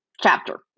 chapter